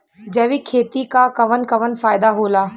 जैविक खेती क कवन कवन फायदा होला?